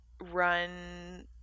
run